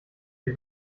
die